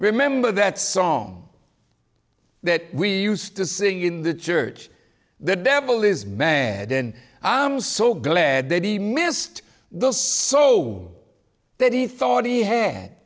remember that song that we used to sing in the church the devil is met then i am so glad that he missed those so that he thought he had